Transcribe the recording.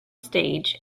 stage